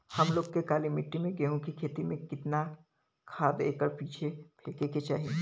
हम लोग के काली मिट्टी में गेहूँ के खेती में कितना खाद एकड़ पीछे फेके के चाही?